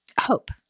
hope